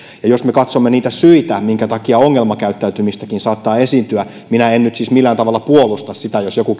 jos me katsomme niitä syitä minkä takia ongelmakäyttäytymistäkin saattaa esiintyä minä en nyt siis millään tavalla puolusta sitä jos joku